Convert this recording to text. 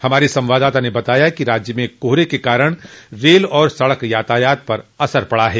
हमारे संवाददाता ने बताया है कि राज्य में कोहरे के कारण रेल और सड़क यातायात पर असर पड़ा है